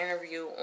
interview